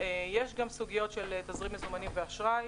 יש גם סוגיות של תזרים מזומנים ואשראי,